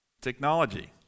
Technology